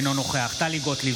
אינו נוכח טלי גוטליב,